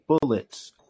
bullets